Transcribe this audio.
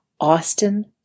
Austin